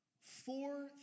four